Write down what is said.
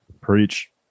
Preach